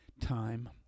time